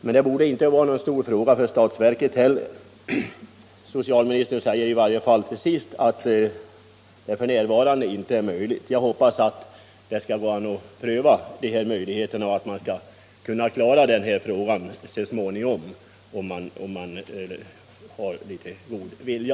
Men det borde inte vara någon stor fråga för statsverket heller. Socialministern säger i varje fall till sist att detta f. n. inte är möjligt. Jag hoppas det går att pröva möjligheterna, och att man kan klara denna fråga så småningom med litet god vilja.